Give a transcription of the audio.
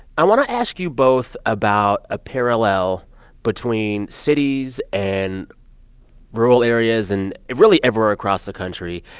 i want to ask you both about a parallel between cities and rural areas and, really, everywhere across the country.